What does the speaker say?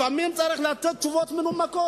לפעמים צריך לתת תשובות מנומקות.